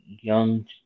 young